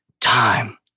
time